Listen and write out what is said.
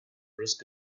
risk